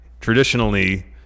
Traditionally